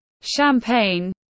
Champagne